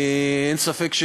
אין ספק,